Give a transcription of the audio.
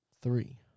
three